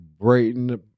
Brayton